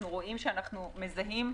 אנחנו רואים שאנחנו מזהים,